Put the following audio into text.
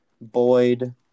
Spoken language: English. Boyd